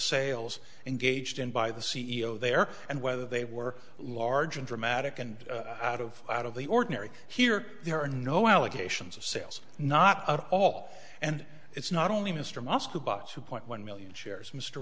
sales engaged in by the c e o there and whether they were large and dramatic and out of out of the ordinary here there are no allegations of sales not at all and it's not only mr moss who bought two point one million shares mr